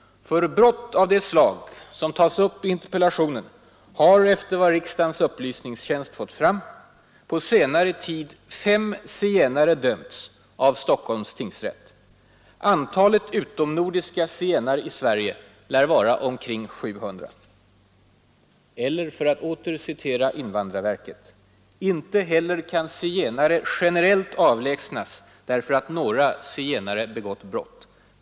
För brott av det slag som tas upp i interpellationen har — efter vad riksdagens upplysningstjänst fått fram — på senare tid fem zigenare dömts av Stockholms tingsrätt. Antalet utomnordiska zigenare i Sverige lär vara omkring 700. Eller för att åter citera invandrarverket: ”Inte heller kan zigenare generellt avlägsnas därför att några zigenare begått brott.